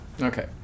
okay